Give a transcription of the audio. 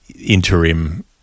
interim